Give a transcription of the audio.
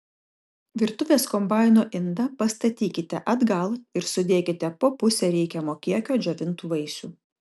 virtuvės kombaino indą pastatykite atgal ir sudėkite po pusę reikiamo kiekio džiovintų vaisių